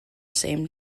same